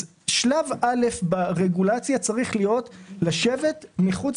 לדעתנו שלב א' ברגולציה מצריך שתהיה ישיבה מחוץ